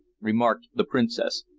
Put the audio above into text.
remarked the princess,